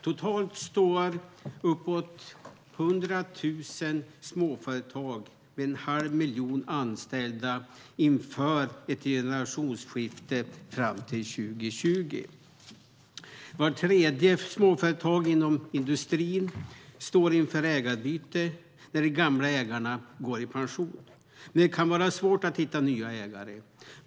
Totalt står uppåt 100 000 småföretag med en halv miljon anställda inför ett generationsskifte fram till 2020. Vart tredje småföretag inom industrin står inför ägarbyte när de gamla ägarna går i pension. Det kan vara svårt att hitta nya ägare.